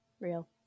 real